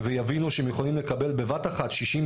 ויבינו שהם יכולים לקבל בבת אחת 60,